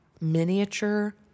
miniature